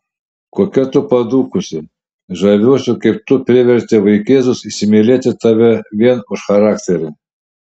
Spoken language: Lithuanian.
kokia tu padūkusi žaviuosi kaip tu priverti vaikėzus įsimylėti tave vien už charakterį